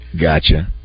Gotcha